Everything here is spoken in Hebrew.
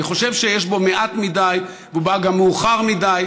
אני חושב שיש בו מעט מדי והוא גם בא מאוחר מדי,